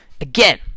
again